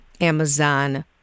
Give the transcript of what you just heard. Amazon